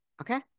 okay